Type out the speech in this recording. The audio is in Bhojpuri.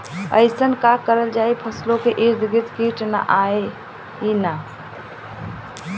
अइसन का करल जाकि फसलों के ईद गिर्द कीट आएं ही न?